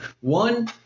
One